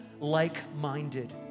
like-minded